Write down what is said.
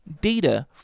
data